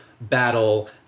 battle